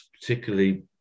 particularly